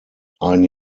ein